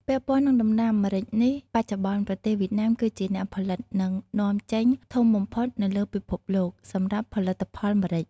ពាក់ព័ន្ធនឹងដំណាំ ម្រេចនេះ បច្ចុប្បន្នប្រទេសវៀតណាម គឺជាអ្នកផលិត និងនាំចេញធំបំផុតនៅលើពិភព លោក សម្រាប់ផលិតផលម្រេច ។